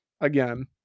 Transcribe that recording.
again